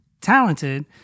talented